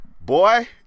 boy